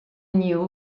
knew